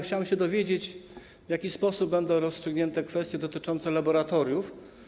Chciałbym się dowiedzieć, w jaki sposób będą rozstrzygnięte kwestie dotyczące laboratoriów.